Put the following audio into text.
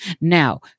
Now